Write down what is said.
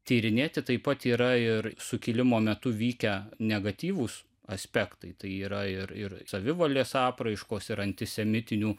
tyrinėti taip pat yra ir sukilimo metu vykę negatyvūs aspektai tai yra ir ir savivalės apraiškos ir antisemitinių